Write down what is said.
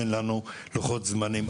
אין לנו לוחות זמנים,